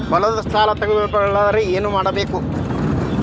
ಹೊಲದ ಸಾಲ ತಗೋಬೇಕಾದ್ರೆ ಏನ್ಮಾಡಬೇಕು?